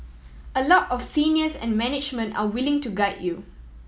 a lot of seniors and management are willing to guide you